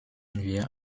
wir